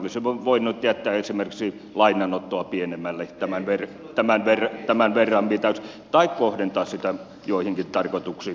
me olisimme voineet jättää esimerkiksi lainanottoa pienemmälle tämän perittävä vero tämän verran pitää tai kohdentaa sitä joihinkin tarkoituksiin